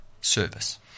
service